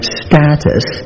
status